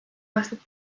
aastat